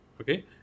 okay